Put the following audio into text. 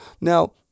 Now